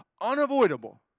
unavoidable